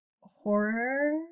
horror